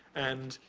and